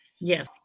Yes